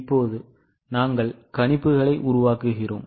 இப்போது நாங்கள் கணிப்புகளை உருவாக்குகிறோம்